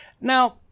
Now